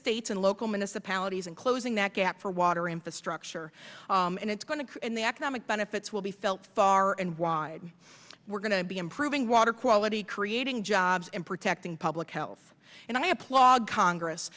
states and local municipalities and closing that gap for water infrastructure and it's going to the economic benefits will be felt far and wide we're going to be improving water quality creating jobs and protecting public health and i applaud congress